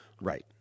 Right